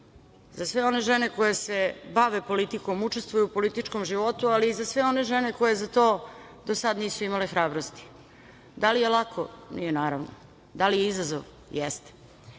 za sve one žene koje se bave politikom, učestvuju u političkom životu, ali i za sve one žene koje za to do sad nisu imali hrabrosti. Da li je lako? Nije, naravno. Da li je izazov? Jeste.